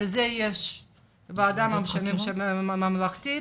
יש לזה ועדה ממלכתית.